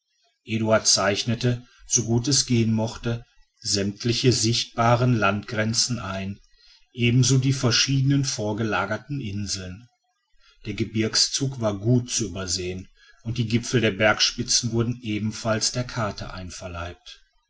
eduard zeichnete so gut es gehen mochte sämtliche sichtbaren landgrenzen ein ebenso die verschiedenen vorgelagerten inseln der gebirgszug war gut zu übersehen und die gipfel und bergspitzen wurden ebenfalls der karte einverleibt